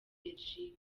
belgique